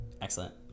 Excellent